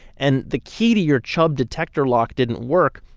and the key to your chubb detector lock didn't work,